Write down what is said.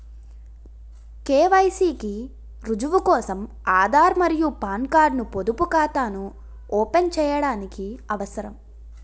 KYC కి రుజువు కోసం ఆధార్ మరియు పాన్ కార్డ్ ను పొదుపు ఖాతాను ఓపెన్ చేయడానికి అవసరం